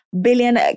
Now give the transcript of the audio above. billion